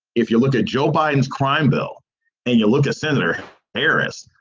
if you look at joe biden's crime bill and you look at senator eiris,